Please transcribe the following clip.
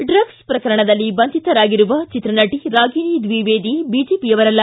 drug ಪ್ರಕರಣದಲ್ಲಿ ಬಂಧಿತರಾಗಿರುವ ಚಿತ್ರನಟ ರಾಗಿಣಿ ದ್ವಿವೇದಿ ಬಿಜೆಪಿಯವರಲ್ಲ